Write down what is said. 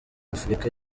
afurika